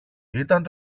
ήταν